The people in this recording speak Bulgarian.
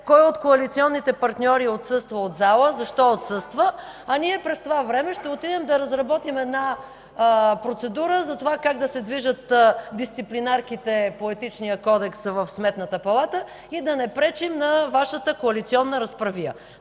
кой от коалиционните партньори отсъства от залата, защо отсъства, а ние през това време ще отидем да разработим една процедура за това как да се движат дисциплинарките по Етичния кодекс в Сметната палата и да не пречим на Вашата коалиционна разправия.